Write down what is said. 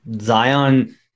Zion